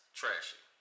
trashy